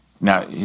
Now